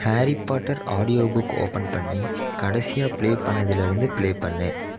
Harry Potter ஆடியோபுக்கை open பண்ணி கடைசியாக பிளே பண்ணதில் இருந்து பிளே பண்ணு